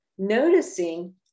noticing